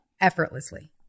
effortlessly